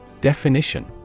Definition